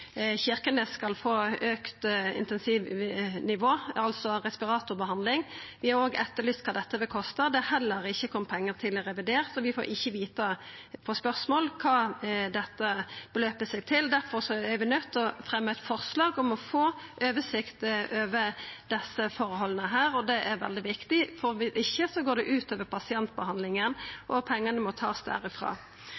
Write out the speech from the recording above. Kirkenes skal få auka intensivnivå, altså respiratorbehandling. Vi har òg etterlyst kva dette vil kosta. Det er det heller ikkje kome pengar til i revidert, og vi får ikkje svar på spørsmål om kva dette summerer seg til. Difor er vi nøydde til å fremja eit forslag om å få oversikt over desse forholda, og det er veldig viktig, for viss ikkje går det ut over pasientbehandlinga